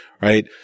right